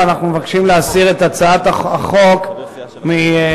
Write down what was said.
ואנחנו מבקשים להסיר את הצעת החוק מסדר-היום.